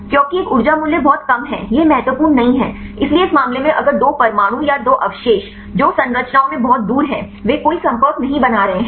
क्योंकि एक ऊर्जा मूल्य बहुत कम है यह महत्वपूर्ण नहीं है इसलिए इस मामले में अगर दो परमाणु या दो अवशेष जो संरचनाओं में बहुत दूर हैं वे कोई संपर्क नहीं बना रहे हैं